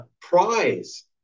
prize